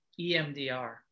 EMDR